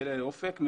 בכלא אופק,